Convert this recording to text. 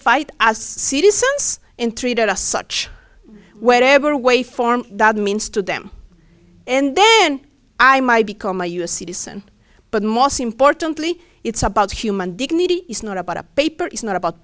fight as citizens in treated as such wherever away form that means to them and then i might become a us citizen but most importantly it's about human dignity it's not about a paper it's not about